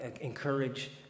encourage